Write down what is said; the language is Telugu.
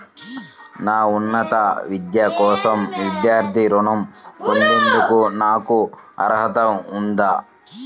నా ఉన్నత విద్య కోసం విద్యార్థి రుణం పొందేందుకు నాకు అర్హత ఉందా?